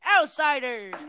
Outsider